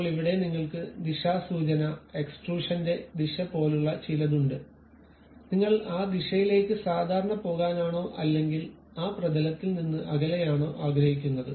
ഇപ്പോൾ ഇവിടെ നിങ്ങൾക്ക് ദിശാസൂചന എക്സ്ട്രൂഷന്റെ ദിശ പോലുള്ള ചിലത് ഉണ്ട് നിങ്ങൾ ആ ദിശയിലേക്ക് സാധാരണ പോകാനാണോ അല്ലെങ്കിൽ ആ പ്രതലത്തിൽ നിന്ന് അകലെയാണോ ആഗ്രഹിക്കുന്നത്